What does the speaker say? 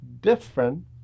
different